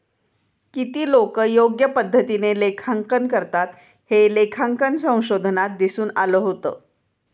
किती लोकं योग्य पद्धतीने लेखांकन करतात, हे लेखांकन संशोधनात दिसून आलं होतं